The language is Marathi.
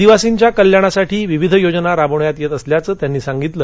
आदिवासींच्या कल्याणासाठी विविध योजना राबवण्यात येत असल्याचं त्यांनी सांगितलं